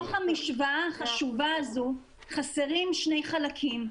המשוואה החשובה הזו חסרים שני חלקים,